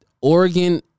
Oregon